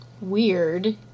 weird